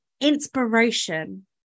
inspiration